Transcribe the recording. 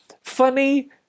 funny